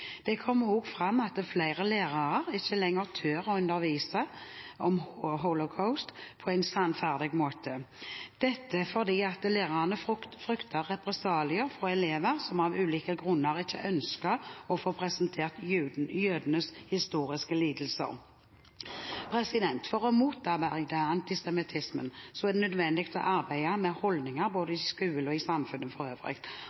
Det kommer også fram at flere lærere ikke lenger tør å undervise om holocaust på en sannferdig måte – dette fordi lærerne frykter represalier fra elever som av ulike grunner ikke ønsker å få presentert jødenes historiske lidelser. For å motarbeide antisemittismen er det nødvendig å arbeide med